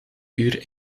uur